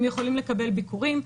הם יכולים לקבל ביקורים.